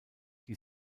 die